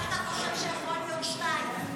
למה אתה חושב שיכולים להיות שניים?